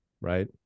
right